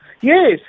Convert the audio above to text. Yes